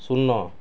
ଶୂନ